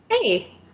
Hey